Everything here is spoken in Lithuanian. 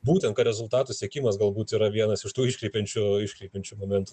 būtent kad rezultatų siekimas galbūt yra vienas iš tų iškreipiančių iškreipiančių momentų